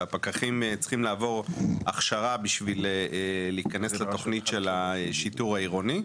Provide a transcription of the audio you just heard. והפקחים צריכים לעבור הכשרה בשביל להיכנס לתוכנית של השיטור העירוני,